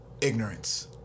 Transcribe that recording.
Ignorance